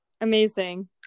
Amazing